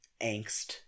angst